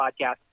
podcast